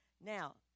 Now